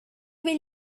will